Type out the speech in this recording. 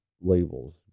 labels